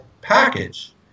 package